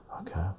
okay